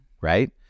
Right